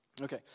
Okay